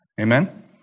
Amen